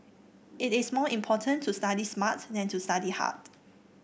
it is more important to study smart than to study hard